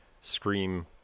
Scream